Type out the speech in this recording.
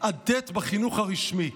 עד ט' בחינוך הרשמי.